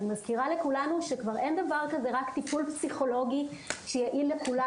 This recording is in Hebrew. אני מזכירה לכולנו שכבר אין דבר כזה רק טיפול פסיכולוגי שיעיל לכולם,